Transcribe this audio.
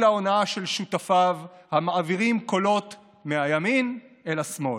ההונאה של שותפיו המעבירים קולות מהימין אל השמאל.